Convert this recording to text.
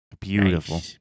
Beautiful